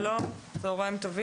שלום לכולם,